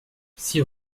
six